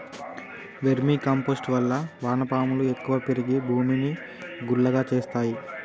vermi compost వల్ల వాన పాములు ఎక్కువ పెరిగి భూమిని గుల్లగా చేస్తాయి